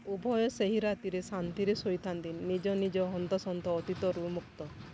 ଉଭୟ ସେହି ରାତିରେ ଶାନ୍ତିରେ ଶୋଇଥାନ୍ତି ନିଜ ନିଜ ହନ୍ତସନ୍ତ ଅତୀତରୁ ମୁକ୍ତ